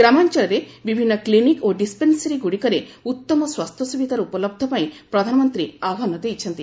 ଗ୍ରାମାଞ୍ଚଳରେ ବିଭିନ୍ନ କ୍ଲିନିକ୍ ଓ ଡିସ୍ପେନସାରୀ ଗୁଡ଼ିକରେ ଉତ୍ତମ ସ୍ୱାସ୍ଥ୍ୟ ସୁବିଧାର ଉପଲବ୍ଧ ପାଇଁ ପ୍ରଧାନମନ୍ତ୍ରୀ ଆହ୍ୱାନ ଦେଇଛନ୍ତି